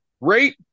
rate